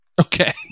Okay